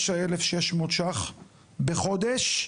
ש"ח בחודש,